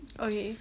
okay